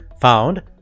found